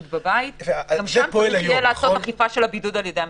וגם שם יהיה צריך לעשות אכיפה של הבידוד על ידי המשטרה.